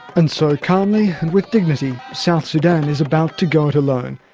and so calmly and with dignity, south sudan is about to go it alone.